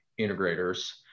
integrators